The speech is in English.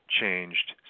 changed